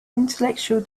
intellectual